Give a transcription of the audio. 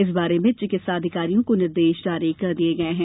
इस बारे में चिकित्सा अधिकारियों को निर्देश जारी कर दिए गये हैं